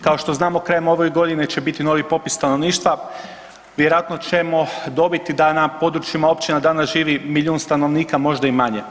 Kao što znamo, krajem ove godine će biti novi popis stanovništva, vjerojatno ćemo dobiti da na područjima općina danas živi milijun stanovnika a možda i manje.